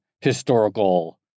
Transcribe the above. historical